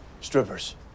strippers